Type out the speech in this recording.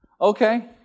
Okay